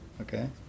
Okay